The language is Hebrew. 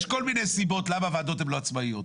יש כל מיני סיבות למה ועדות הן לא עצמאיות.